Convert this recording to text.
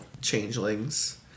changelings